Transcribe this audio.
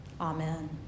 Amen